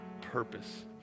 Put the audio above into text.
purpose